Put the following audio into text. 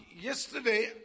yesterday